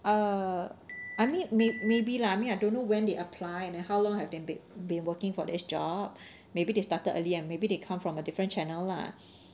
uh I mean may~ maybe lah I mean I don't know when they apply and then how long have they'd be~ been working for this job maybe they started early ah maybe they come from a different channel lah